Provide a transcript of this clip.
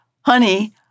honey